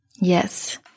Yes